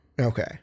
Okay